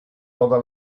toda